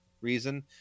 reason